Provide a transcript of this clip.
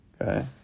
okay